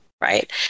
right